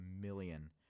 million